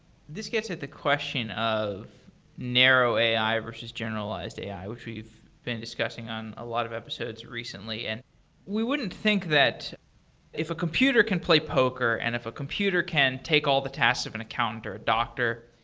this gets at the question of narrow a i. versus generalized a a i, which we've been discussing on a lot of episodes recently. and we wouldn't think that if a computer can play poker and if a computer can take all the tasks of an accountant, or a doctor,